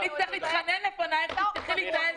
אני אצטרך להתחנן לפניך שתפתחי לי את העסק.